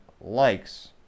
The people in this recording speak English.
likes